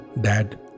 Dad